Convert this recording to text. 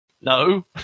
No